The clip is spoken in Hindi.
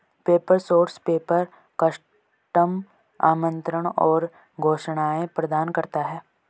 पेपर सोर्स पेपर, कस्टम आमंत्रण और घोषणाएं प्रदान करता है